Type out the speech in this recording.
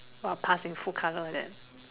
orh passing full colour like that